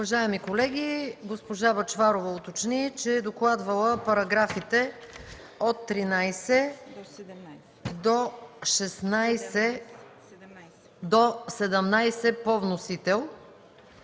Уважаеми колеги, госпожа Бъчварова уточни, че е докладвала параграфите от 13 до 17 по вносител.